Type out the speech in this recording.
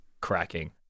cracking